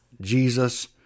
Jesus